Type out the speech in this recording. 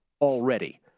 already